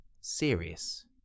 Serious